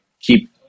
keep